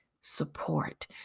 support